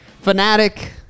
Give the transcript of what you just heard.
Fanatic